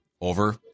Over